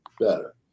better